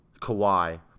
Kawhi